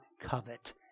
covet